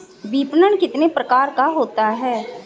विपणन कितने प्रकार का होता है?